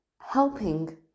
helping